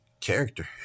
character